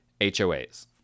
HOAs